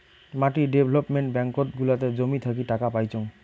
মাটি ডেভেলপমেন্ট ব্যাঙ্কত গুলাতে জমি থাকি টাকা পাইচুঙ